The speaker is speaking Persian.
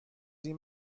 این